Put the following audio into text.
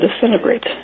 disintegrate